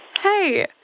Hey